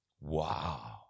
Wow